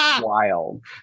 Wild